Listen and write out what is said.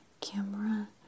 camera